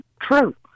true